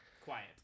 quiet